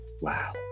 Wow